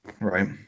Right